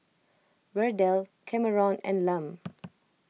Verdell Kameron and Lum